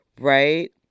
right